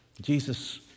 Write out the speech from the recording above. Jesus